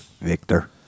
Victor